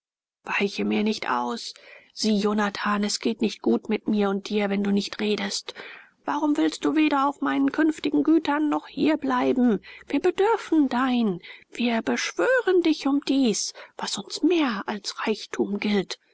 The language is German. weiche mir nicht aus sieh jonathan es geht nicht gut mit mir und dir wenn du nicht redest warum willst du weder auf meinen künftigen gütern noch hier bleiben wir bedürfen dein wir beschwören dich um dies was uns mehr als reichtum gilt